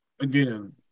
again